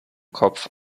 kopf